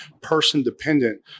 person-dependent